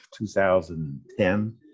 2010